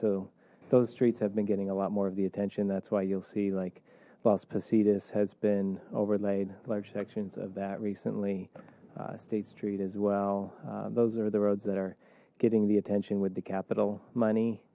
those streets have been getting a lot more of the attention that's why you'll see like las positas has been overlaid large sections of that recently state street as well those are the roads that are getting the attention with the capital money